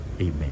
Amen